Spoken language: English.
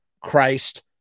christ